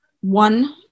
one